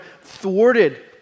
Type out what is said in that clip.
thwarted